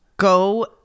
Go